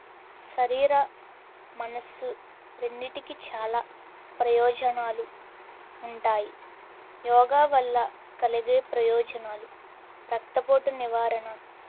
శరీర మనసు రెండిటికి చాలా ప్రయోజనాలు ఉంటాయి యోగా వల్ల కలిగే ప్రయోజనాలు రక్తపోటు నివారణ